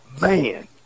Man